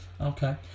Okay